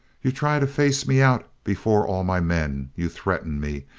you try to face me out before all my men. you threaten me.